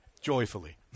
Joyfully